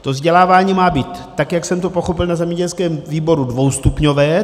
To vzdělávání má být, tak jak jsem to pochopil na zemědělském výboru, dvoustupňové.